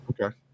Okay